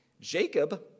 Jacob